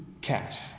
cash